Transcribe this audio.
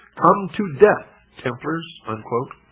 come to death, templars! and